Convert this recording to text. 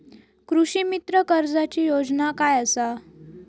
कृषीमित्र कर्जाची योजना काय असा?